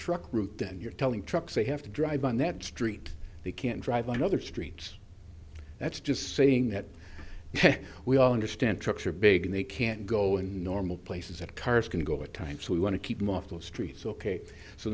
truck route then you're telling trucks they have to drive on that street they can't drive another streets that's just saying that we all understand trucks are big and they can't go in normal places that cars can go at times we want to keep them off the streets ok so